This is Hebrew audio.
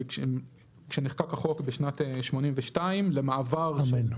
כשנחקק החוק בשנת 82 למעבר של